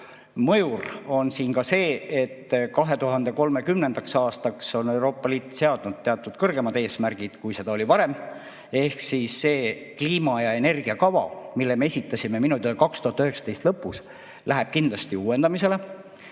mõjur on siin ka see, et 2030. aastaks on Euroopa Liit seadnud teatud kõrgemad eesmärgid, kui seda oli varem. Ehk siis see kliima- ja energiakava, mille me esitasime minu teada 2019. aasta lõpus, läheb kindlasti uuendamisele.